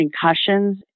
concussions